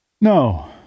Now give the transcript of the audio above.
No